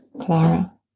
Clara